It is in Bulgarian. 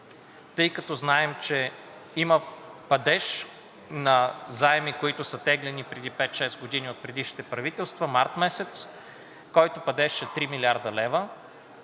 тъй като знаем, че има падеж на заеми, които са теглени преди пет-шест години от предишните правителства – март месец, който падеж е 3 млрд. лв.,